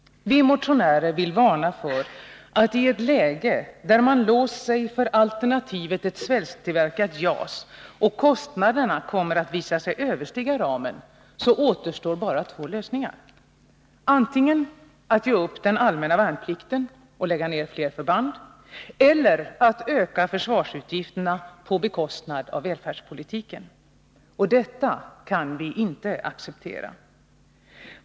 Vi motionärer vill varna för att i ett läge där man låst sig för alternativet ett svensktillverkat JAS och kostnaderna kommer att visa sig överstiga ramen, återstår endast två lösningar: antingen att ge upp den allmänna värnplikten och lägga ner fler förband eller att öka försvarsutgifterna på bekostnad av välfärdspolitiken. Detta kan vi inte acceptera.